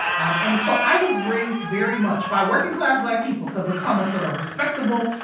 um and so i was raised very much by working-class black people to become a sort of respectable,